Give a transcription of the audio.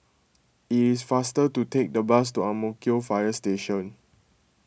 it is faster to take the bus to Ang Mo Kio Fire Station